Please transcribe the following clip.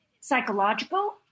psychological